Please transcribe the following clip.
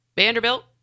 Vanderbilt